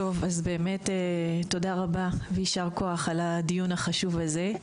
טוב אז באמת תודה רבה ויישר כוח על הדיון החשוב הזה,